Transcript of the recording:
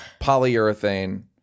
polyurethane